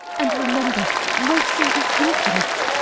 and remember mercy is infinite.